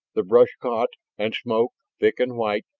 the brush caught, and smoke, thick and white,